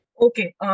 Okay